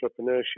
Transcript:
entrepreneurship